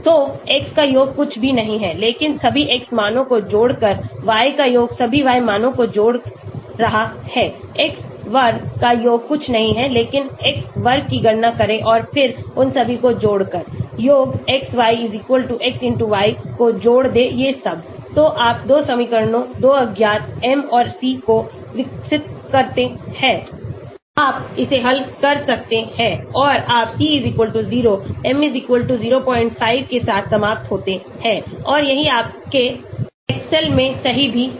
तो x का योग कुछ भी नहीं है लेकिन सभी x मानों को जोड़कर y का योग सभी y मानों को जोड़ रहा है x वर्ग का योग कुछ नहीं है लेकिन x वर्ग की गणना करें और फिर उन सभी को जोड़कर योग xy x y को जोड़ दें ये सब तो आप 2 समीकरणों 2 अज्ञात m और c को विकसित करते हैं आप इसे हल कर सकते हैं और आप c 0 m 05 के साथ समाप्त होते हैं और यही आपके एक्सेल में सही भी है